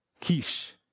Kish